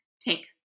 take